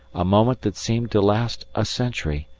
a moment that seemed to last a century,